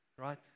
right